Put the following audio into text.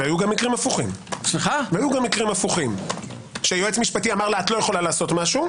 היו גם מקרים הפוכים שיועץ משפטי אמר לה: את לא יכולה לעשות משהו,